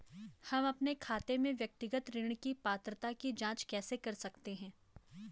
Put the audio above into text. हम अपने खाते में व्यक्तिगत ऋण की पात्रता की जांच कैसे कर सकते हैं?